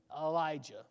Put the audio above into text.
Elijah